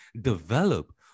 develop